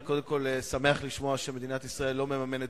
אני שמח לשמוע שמדינת ישראל לא מממנת